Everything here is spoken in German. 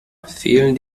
fehlen